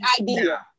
idea